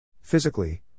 Physically